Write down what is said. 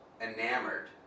enamored